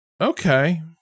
okay